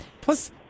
Plus